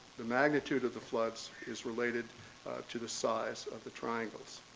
the magnitude of the floods is related to the size of the triangles.